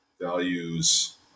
values